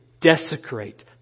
desecrate